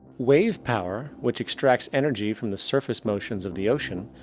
wave power, which extracts energy from the surface motions of the ocean,